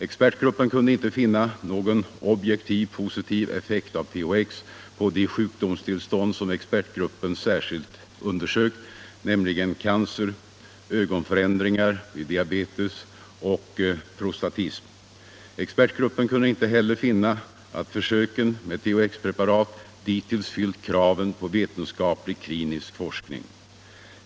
Expertgruppen kunde inte finna någon objektiv positiv effekt av THX på de sjukdomstillstånd som expertgruppen särskilt undersökt, nämligen cancer, ögonförändringar vid diabetes och prostatism. Expertgruppen kunde inte heller finna att försöken med THX-preparat dittills fyllt kraven på vetenskaplig klinisk forskning.